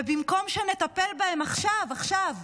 ובמקום שנטפל בהם עכשיו, עכשיו,